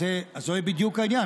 זה בדיוק העניין.